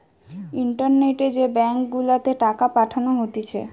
ইন্টারনেটে যে ব্যাঙ্ক গুলাতে টাকা পাঠানো হতিছে